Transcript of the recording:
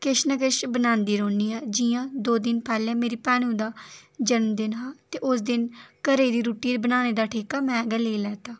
किश न किश बनांदी रौह्नी आं जियां दो दिन पैह्ले मेरी भैनू दा जनमदिन हा ते उस दिन घरै दी रुट्टी बनाने दा ठेका में गै लेई लैता